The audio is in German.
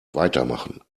weitermachen